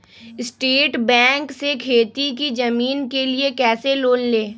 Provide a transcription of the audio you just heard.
State Bank से खेती की जमीन के लिए कैसे लोन ले?